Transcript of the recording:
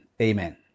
amen